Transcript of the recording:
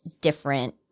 different